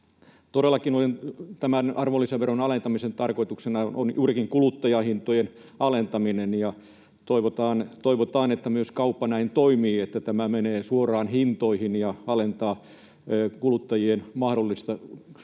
Todellakin tämän arvonlisäveron alentamisen tarkoituksena on juurikin kuluttajahintojen alentaminen, ja toivotaan, että myös kauppa näin toimii, että tämä menee suoraan hintoihin ja alentaa kuluttajien mahdollista